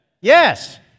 Yes